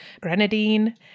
grenadine